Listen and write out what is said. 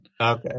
Okay